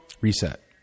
Reset